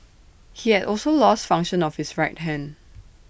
he had also lost function of his right hand